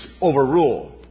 overrule